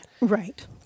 Right